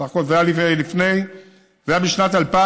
סך הכול זה היה בשנת 2010,